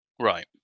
Right